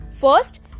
First